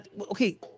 okay